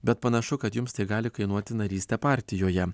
bet panašu kad jums tai gali kainuoti narystę partijoje